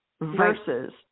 versus